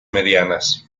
medianas